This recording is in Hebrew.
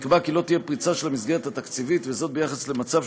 נקבע כי לא תהיה פריצה של המסגרת התקציבית ביחס למצב